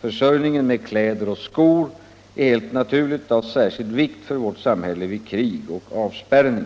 Försörjningen med kläder och skor är helt naturligt av särskild vikt för vårt samhälle vid krig och avspärrning.